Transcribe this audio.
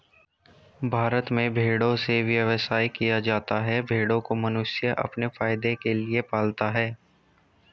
भारत में भेड़ों से व्यवसाय किया जाता है भेड़ों को मनुष्य अपने फायदे के लिए पालता है